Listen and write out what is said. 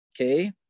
Okay